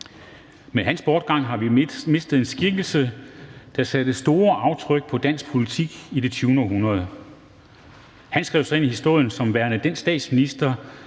Med hans bortgang har vi mistet en skikkelse, der satte store aftryk på dansk politik i det 20. århundrede. Han skrev sig ind i historien som værende den statsminister,